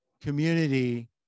community